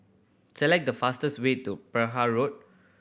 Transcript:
select the fastest way to Perahu Road